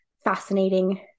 fascinating